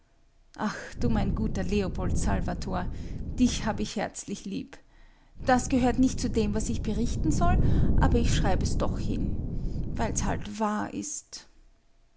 ach du mein guter leopold salvator dich hab ich herzlich lieb das gehört nicht zu dem was ich berichten soll aber ich schreib es doch hin weil's halt wahr ist